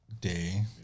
day